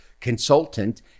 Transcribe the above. consultant